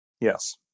Yes